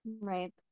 right